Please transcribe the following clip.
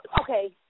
okay